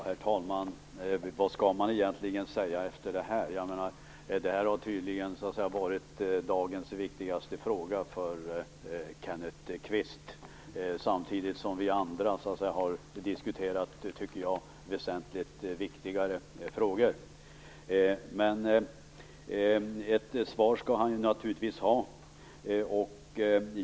Herr talman! Vad skall man egentligen säga efter det här? Detta har tydligen varit dagens viktigaste fråga för Kenneth Kvist. Samtidigt har vi andra diskuterat i mitt tycke väsentligt viktigare frågor. Men ett svar skall han naturligtvis ha.